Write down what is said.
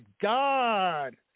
God